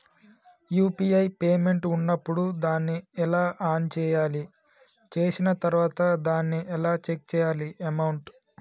UPI payment ఉన్నప్పుడు దాన్ని ఎలా ఆన్ చేయాలి? చేసిన తర్వాత దాన్ని ఎలా చెక్ చేయాలి అమౌంట్?